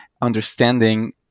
understanding